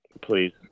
Please